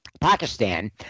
Pakistan